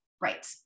Right